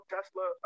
Tesla